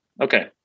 Okay